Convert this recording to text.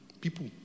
People